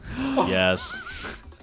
Yes